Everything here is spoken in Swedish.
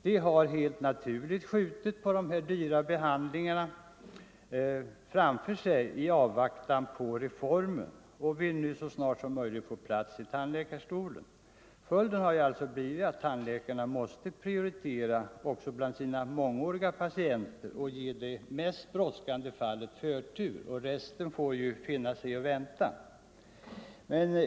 De har helt naturligt skjutit de dyra behandlingarna framför sig i avvaktan på reformen och vill nu så snart som möjligt få plats i tandläkarstolen. Följden har blivit att tandläkarna måste prioritera också bland sina patienter sedan många år och ge de mest brådskande fallen förtur. Resten får finna sig i att vänta.